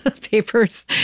papers